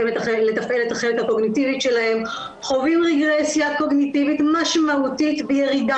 את החלק הקוגניטיבי שלהם חווים רגרסיה קוגניטיבית משמעותית וירידה